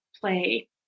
play